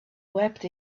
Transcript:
wept